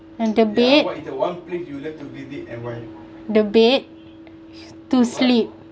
and the bed the bed to sleep